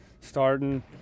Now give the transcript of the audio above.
starting